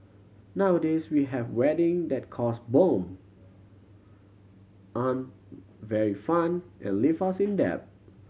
nowadays we have wedding that cost bomb aren't very fun and leave us in debt